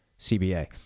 CBA